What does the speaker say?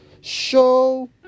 show